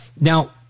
Now